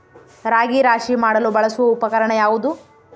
ರಾಗಿ ರಾಶಿ ಮಾಡಲು ಬಳಸುವ ಉಪಕರಣ ಯಾವುದು?